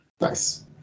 Nice